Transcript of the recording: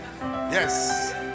Yes